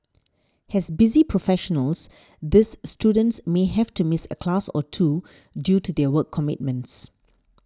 as busy professionals these students may have to miss a class or two due to their work commitments